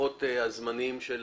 ללוחות הזמנים של